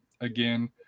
again